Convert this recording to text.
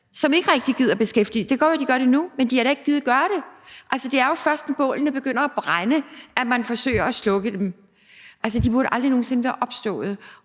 som ikke rigtig har gidet beskæftige sig med det. Det kan godt være, at de gør det nu, men de har da ikke gidet gøre det. Det er jo først, når bålene begynder at brænde, at man forsøger at slukke dem. Altså, de burde aldrig nogen sinde være opstået.